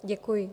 Děkuji.